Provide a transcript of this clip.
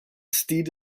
steed